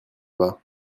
bas